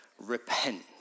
Repent